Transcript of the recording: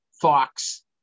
Fox